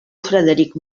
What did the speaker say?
frederic